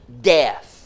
death